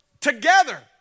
together